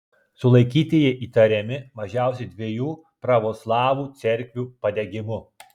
sulaikytieji įtariami mažiausiai dviejų pravoslavų cerkvių padegimu